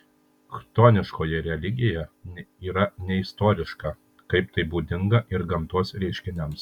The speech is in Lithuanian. chtoniškoji religija yra neistoriška kaip tai būdinga ir gamtos reiškiniams